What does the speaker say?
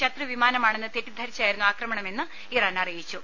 ശത്രു വിമാനമാണെന്ന് തെറ്റിദ്ധരിച്ചായിരുന്നു ആക്രമണമെന്ന് ഇറാൻ അറിയിച്ചു